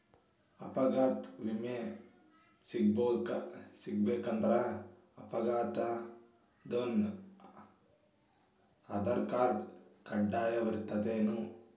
ಅಪಘಾತ್ ವಿಮೆ ಸಿಗ್ಬೇಕಂದ್ರ ಅಪ್ಘಾತಾದೊನ್ ಆಧಾರ್ರ್ಕಾರ್ಡ್ ಕಡ್ಡಾಯಿರ್ತದೇನ್?